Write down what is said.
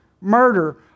murder